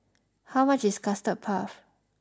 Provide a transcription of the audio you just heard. how much is Custard puff